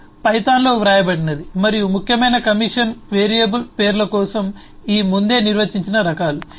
code పైథాన్లో వ్రాయబడినది మరియు ముఖ్యమైన కమిషన్ వేరియబుల్ పేర్ల కోసం ఈ ముందే నిర్వచించిన రకాలు